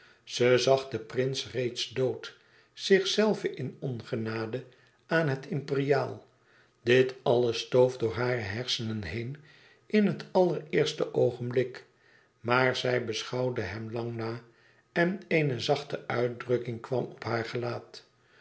ze zag den prins reeds dood zichzelve in ongeuade aan het imperiaal dit alles stoof door hare hersenen heen in het allereerste oogenblik maar zij beschouwde hem lang na en eene zachte uitdrukking kwam op haar gelaat